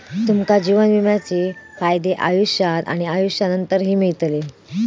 तुमका जीवन विम्याचे फायदे आयुष्यात आणि आयुष्यानंतरही मिळतले